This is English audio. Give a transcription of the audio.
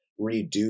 redo